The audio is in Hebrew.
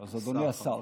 אז אדוני השר,